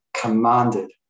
commanded